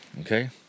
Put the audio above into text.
okay